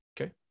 Okay